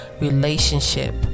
relationship